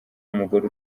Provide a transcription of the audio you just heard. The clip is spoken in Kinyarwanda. umugore